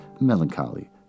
melancholy